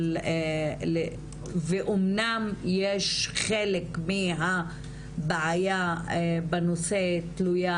אבל ואמנם יש חלק מבעיה בנושא והיא תלויה